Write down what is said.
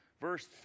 verse